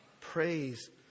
Praise